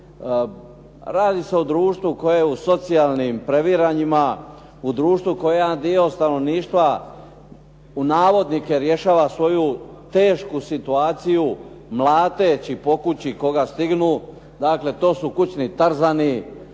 Radi se o društvu koje u socijalnim previranjima, u društvu u kojem jedan dio stanovništva u navodnike rješava svoju tešku situaciju mlateći po kući koga stignu, dakle to su kućni tarzani,